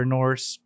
Norse